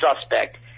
suspect